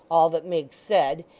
all that miggs said,